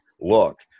Look